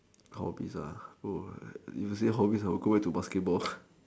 hobbies oh you say hobby I will go back to basketball